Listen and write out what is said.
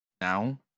now